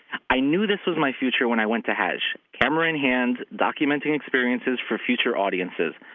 i knew this was my future when i went to hajj, camera in hand, documenting experiences for future audiences.